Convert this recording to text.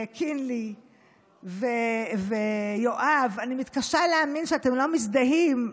קינלי ויואב, אני מתקשה להאמין שאתם לא מזדהים,